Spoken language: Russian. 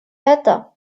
это